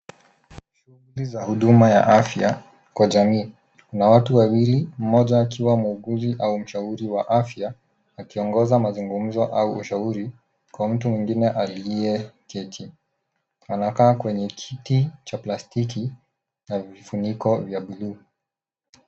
Vitu vya huduma ya afya kwa jamii na watu wawili moja akiwa mwuguzi au mshauri wa afya akiongoza mazungumzo au ushauri kwa mtu mwingine aliyeketi. Anakaa kwenye kiti cha plastiki na vifuniko vya buluu.